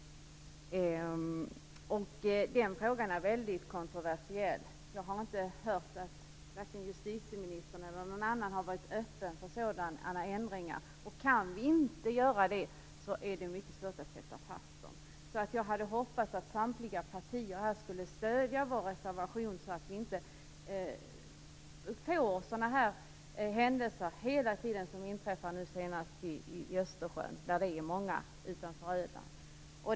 Den frågan är väldigt kontroversiell. Jag har inte hört att vare sig justitieministern eller någon annan har varit öppen för sådana ändringar. Kan vi inte göra det är det oerhört svårt att sätta fast dem som begår brott. Jag hade hoppats att samtliga partier skulle stödja vår reservation så att vi inte hela tiden får sådana händelser som inträffade nu senast i Östersjön utanför Öland.